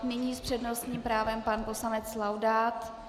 Nyní s přednostním právem pan poslanec Laudát.